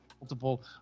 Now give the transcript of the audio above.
multiple